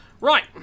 Right